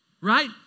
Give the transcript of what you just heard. right